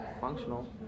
functional